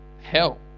hell